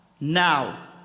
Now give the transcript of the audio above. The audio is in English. now